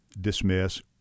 dismiss